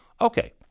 Okay